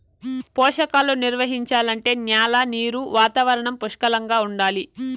పోషకాలు నిర్వహించాలంటే న్యాల నీరు వాతావరణం పుష్కలంగా ఉండాలి